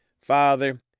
Father